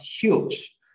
huge